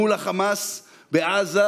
מול החמאס בעזה,